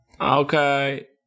okay